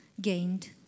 gained